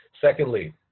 secondly